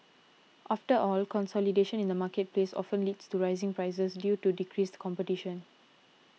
after all consolidation in the marketplace often leads to rising prices due to decreased competition